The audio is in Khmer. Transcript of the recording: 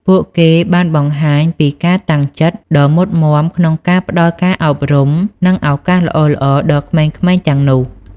ពួកគេបានបង្ហាញពីការតាំងចិត្តដ៏មុតមាំក្នុងការផ្ដល់ការអប់រំ និងឱកាសល្អៗដល់ក្មេងៗទាំងនោះ។